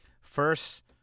First